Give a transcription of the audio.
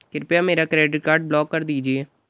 कृपया मेरा credit card block कर दीजिए